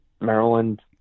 Maryland